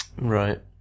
Right